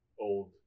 old